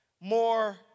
more